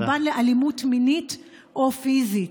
קורבן לאלימות מינית או פיזית.